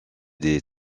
des